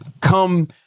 come